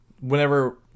Whenever